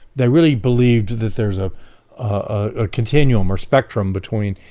they really believed that there's a ah continuum or spectrum between,